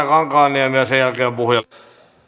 kankaanniemi ja sen jälkeen puhujalistaan